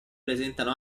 presentano